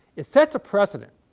it sets a precedent